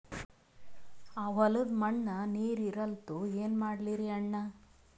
ಆ ಹೊಲದ ಮಣ್ಣ ನೀರ್ ಹೀರಲ್ತು, ಏನ ಮಾಡಲಿರಿ ಅಣ್ಣಾ?